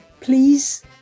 Please